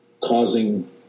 causing